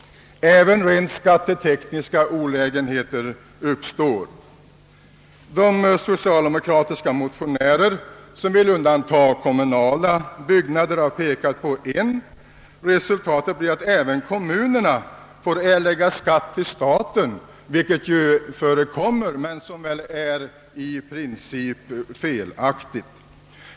även rent skattetekniska olägenheter uppstår. De socialdemokratiska motionärer som vill undanta kommunala byggnader har pekat på en. Resultatet blir att även kommunerna får erlägga skatt till staten, vilket väl förekommer men i princip är felaktigt.